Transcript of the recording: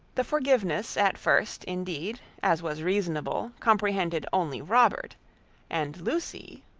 the forgiveness, at first, indeed, as was reasonable, comprehended only robert and lucy,